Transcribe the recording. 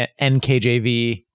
NKJV